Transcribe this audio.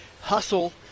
hustle